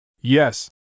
Yes